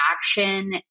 action